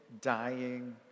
dying